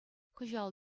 кӑҫал